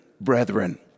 brethren